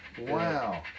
Wow